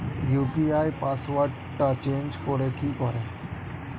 UPI পাসওয়ার্ডটা change করে কি করে?